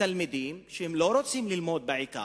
תלמידים שהם לא רוצים ללמוד בעיקר.